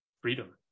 freedom